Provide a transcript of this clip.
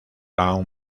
lawn